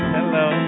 Hello